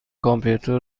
کامپیوتر